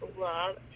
love